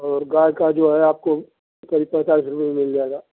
और गाय का जो है आपको क़रीब पैंतालीस रुपये में मिल जाएगा